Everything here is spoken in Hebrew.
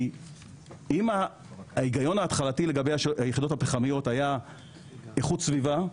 אם ההיגיון ההתחלתי לגבי היחידות הפחמיות היה איכות סביבה,